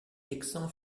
texans